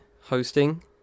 hosting